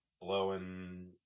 blowing